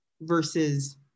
versus